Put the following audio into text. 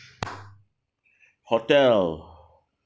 hotel